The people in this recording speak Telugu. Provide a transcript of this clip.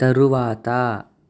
తరువాత